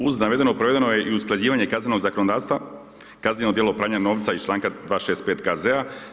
Uz navedeno provedeno je i usklađivanje kaznenog zakonodavstva, kazneno djelo pranja novca iz članka 265.